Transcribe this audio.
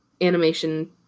animation